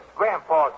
grandpa